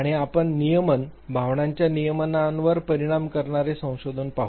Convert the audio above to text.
आता आपण नियमन भावनांच्या नियमनावर परिणाम करणारे संशोधन पाहू